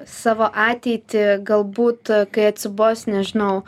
savo ateitį galbūt kai atsibos nežinau